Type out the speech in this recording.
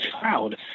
crowd